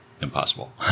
impossible